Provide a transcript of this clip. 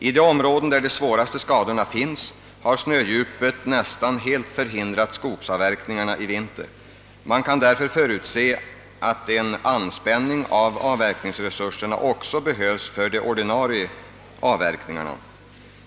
I de områden där de svåraste skadorna uppstått har snödjupet nästan helt förhindrat skogsavverkningarna i vinter. Man kan därför förutse att en anspänning av avverkningsresurserna behövs också för de ordinarie avverkningarna.